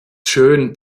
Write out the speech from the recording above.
schön